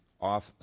off